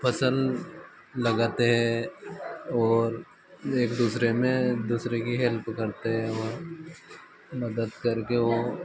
फसल लगाते हैं और एक दूसरे में दूसरे की हेल्प करते है और मदद करके वो